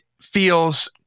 feels